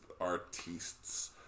artists